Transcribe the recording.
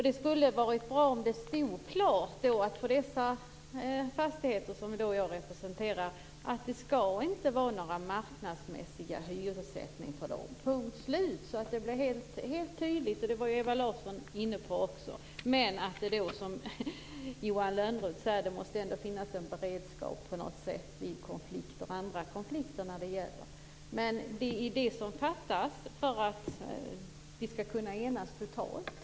Det skulle vara bra om det stod klart uttryckt att det vad gäller dessa fastigheter, som jag då representerar, inte skall vara någon marknadsmässig hyressättning, punkt slut. Också Ewa Larsson var inne på detta. Men som Johan Lönnroth säger måste det ändå finnas en beredskap för andra konflikter. Det är detta som fattas för att vi skall kunna bli helt eniga.